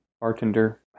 bartender